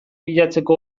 bilatzeko